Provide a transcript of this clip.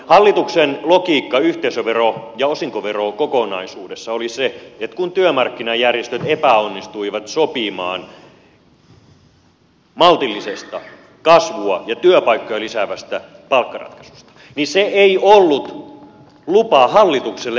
hallituksen logiikka yhteisövero ja osinkoverokokonaisuudessa oli se että kun työmarkkinajärjestöt epäonnistuivat sopimaan maltillisesta kasvua ja työpaikkoja lisäävästä palkkaratkaisusta niin se ei ollut lupa myös hallitukselle epäonnistua